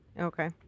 Okay